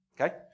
okay